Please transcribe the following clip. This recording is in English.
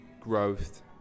growth